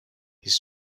his